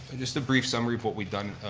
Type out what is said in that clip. and just a brief summary of what we've done,